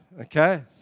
okay